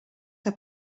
que